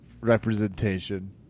representation